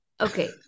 Okay